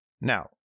Now